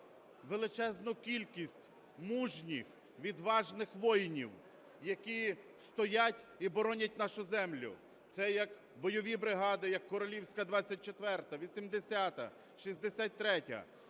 величезну кількість мужніх, відважних воїнів, які стоять і боронять нашу землю. Це бойові бригади, як королівська 24-а, 80-а,